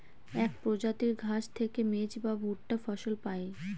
এক প্রজাতির ঘাস থেকে মেজ বা ভুট্টা ফসল পায়